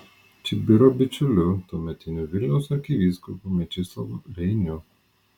čibiro bičiuliu tuometiniu vilniaus arkivyskupu mečislovu reiniu